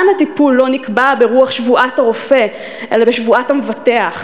הטיפול לא נקבע ברוח שבועת הרופא אלא בשבועת המבטח,